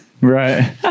Right